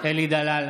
אלי דלל,